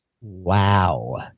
Wow